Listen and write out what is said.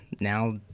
now